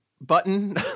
button